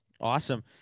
Awesome